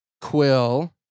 Quill